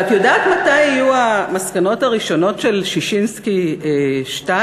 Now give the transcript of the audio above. ואת יודעת מתי יהיו המסקנות הראשונות של ששינסקי 2?